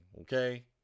okay